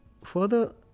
further